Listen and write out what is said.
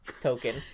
token